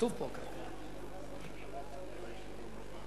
אף אחד לא מבקש?